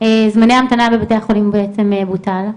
ההמתנה בבתי החולים בעצם בוטל?